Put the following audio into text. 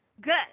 Good